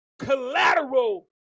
Collateral